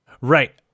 Right